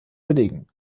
belegen